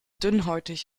dünnhäutig